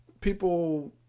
people